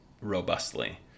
robustly